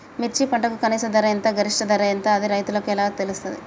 మిర్చి పంటకు కనీస ధర ఎంత గరిష్టంగా ధర ఎంత అది రైతులకు ఎలా తెలుస్తది?